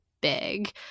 big